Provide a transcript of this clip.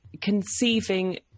conceiving